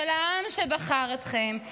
של העם שבחר אתכם.